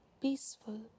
peaceful